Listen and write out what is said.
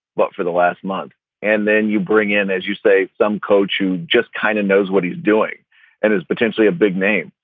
but for the last month and then you bring in, as you say, some coach, you just kind of knows what he's doing and is potentially a big name.